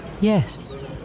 Yes